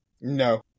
No